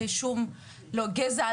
לא לגזע,